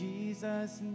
Jesus